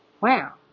wow